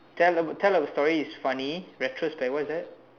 tell a tell a story is funny retrospect what is that